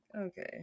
okay